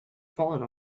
falling